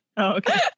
okay